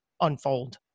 unfold